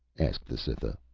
asked the cytha,